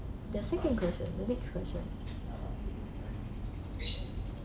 the second question the next question